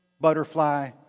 butterfly